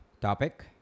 topic